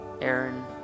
Aaron